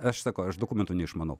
aš sakau aš dokumentų neišmanau